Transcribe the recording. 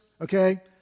okay